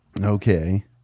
Okay